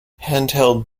handheld